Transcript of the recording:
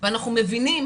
ואנחנו מבינים,